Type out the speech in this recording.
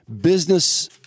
business